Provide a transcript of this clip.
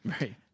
Right